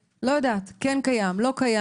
אני שמה רגע בצד אם הם כן קיימים או לא קיימים.